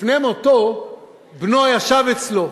לפני מותו בנו ישב אצלו.